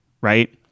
right